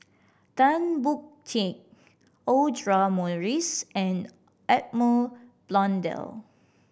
Tan Boon Teik Audra Morrice and Edmund Blundell